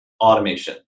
automation